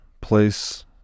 place